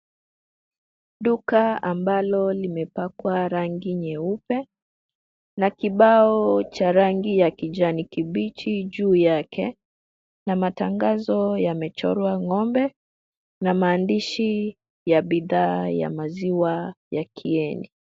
Duka ambalo limepakwa rangi nyeupe na kibao cha rangi ya kijani kibichi juu yake na matangazo yamechorwa ng'ombe na maandishi ya bidhaa ya maziwa ya Kieni.